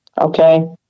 okay